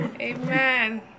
Amen